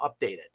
updated